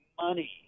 Money